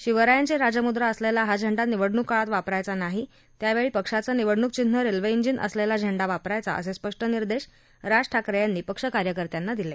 शिवरायांची राजमुद्रा असलेला हा झेंडा निवडणूक काळात वापरायचा नाही त्यावेळी पक्षाचं निवडणूक चिन्ह रेल्वे श्रीीन असलेला झेंडा वापरायचा असे स्पष्ट निर्देश राज ठाकरे यांनी पक्ष कार्यकर्त्यांना दिले